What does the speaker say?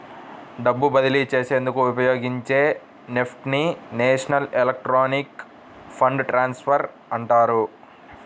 డబ్బు బదిలీ చేసేందుకు ఉపయోగించే నెఫ్ట్ ని నేషనల్ ఎలక్ట్రానిక్ ఫండ్ ట్రాన్స్ఫర్ అంటారు